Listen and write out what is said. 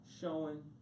showing